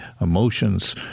emotions